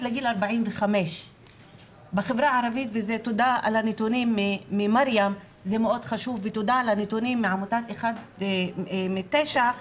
לגיל 45. ותודה על הנתונים מ"מרים" ומעמותת אחת מתשע.